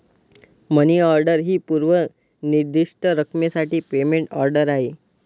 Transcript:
मनी order ही पूर्व निर्दिष्ट रकमेसाठी पेमेंट ऑर्डर आहे